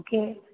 okay